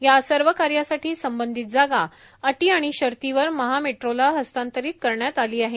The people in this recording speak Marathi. यासर्व कार्यासाठी संबंधित जागा अटी आणि शर्तीवर महा मेट्रोला हस्तांतरीत करण्यात आली आहे